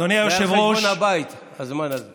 הכנסת אמורה להתכונן ארבע שנים.